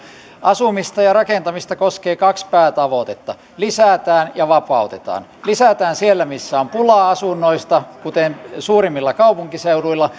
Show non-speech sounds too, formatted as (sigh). asumista ja ja rakentamista koskee kaksi päätavoitetta lisätään ja vapautetaan lisätään siellä missä on pulaa asunnoista kuten suurimmilla kaupunkiseuduilla (unintelligible)